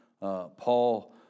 Paul